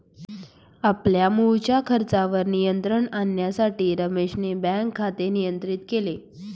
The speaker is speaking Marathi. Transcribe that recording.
आपल्या मुळच्या खर्चावर नियंत्रण आणण्यासाठी रमेशने बँक खाते नियंत्रित केले